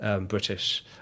British